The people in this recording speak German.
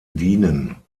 dienen